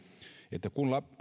että